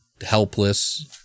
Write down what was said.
helpless